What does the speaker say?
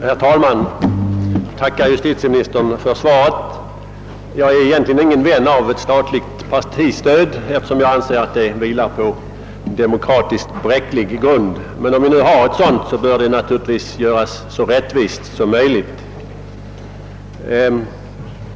Herr talman! Jag tackar justitieminis.- tern för svaret. Egentligen är jag ingen vän av statligt partistöd, eftersom jag anser att det vilar på en demokratiskt bräcklig grund. Men när vi nu har ett sådant stöd, bör det göras så rättvist som möjligt.